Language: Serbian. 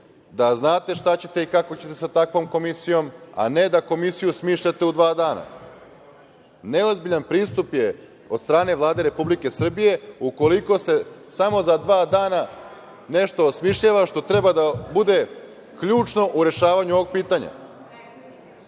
da znate šta ćete i kako ćete sa takvom komisijom, a ne da komisiju smišljate u dva dana. Neozbiljan pristup je od strane Vlade Republike Srbije ukoliko se samo za dva dana nešto osmišljava što treba da bude ključno u rešavanju ovog pitanja.